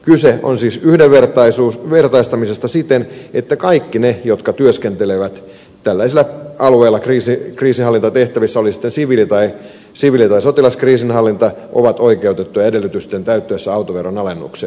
kyse on siis yhdenvertaistamisesta siten että kaikki ne jotka työskentelevät tällaisella alueella kriisinhallintatehtävissä oli kyseessä sitten siviili tai sotilaskriisinhallinta ovat oikeutettuja edellytysten täyttyessä autoveron alennukseen